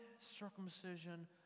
circumcision